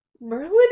Merlin